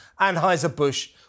Anheuser-Busch